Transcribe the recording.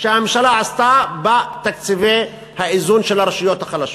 שהממשלה עשתה בתקציבי האיזון של הרשויות החלשות.